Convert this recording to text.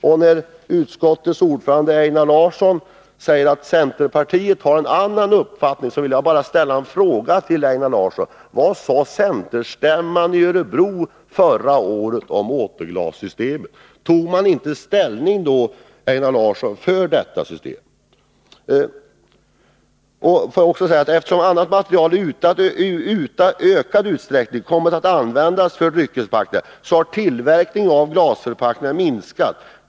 Eftersom utskottets ordförande Einar Larsson säger att centerpartiet har en annan uppfattning, vill jag bara ställa en fråga till honom: Vad sade centerstämman i Örebro förra året om återglas? Tog man då inte ställning för detta system? Eftersom annat material i ökad utsträckning kommit att användas till dryckesförpackningar har tillverkningen av glasförpackningar minskat.